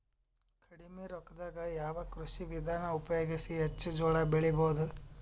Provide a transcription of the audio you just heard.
ಕಡಿಮಿ ರೊಕ್ಕದಾಗ ಯಾವ ಕೃಷಿ ವಿಧಾನ ಉಪಯೋಗಿಸಿ ಹೆಚ್ಚ ಜೋಳ ಬೆಳಿ ಬಹುದ?